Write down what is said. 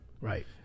Right